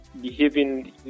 behaving